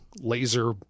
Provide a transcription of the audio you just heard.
laser